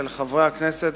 ולחברי הכנסת,